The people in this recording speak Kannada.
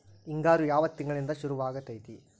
ಹಿಂಗಾರು ಯಾವ ತಿಂಗಳಿನಿಂದ ಶುರುವಾಗತೈತಿ?